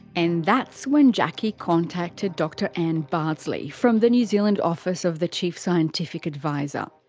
and that's when jacki contacted dr ann bardsley from the new zealand office of the chief scientific advisor.